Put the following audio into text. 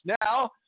now